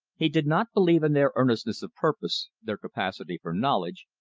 he did not believe in their earnestness of purpose, their capacity for knowledge,